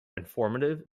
informative